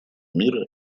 мира